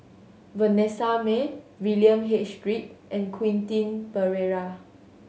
Vanessa Mae William H Read and Quentin Pereira